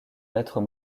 lettres